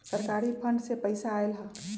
सरकारी फंड से पईसा आयल ह?